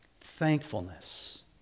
Thankfulness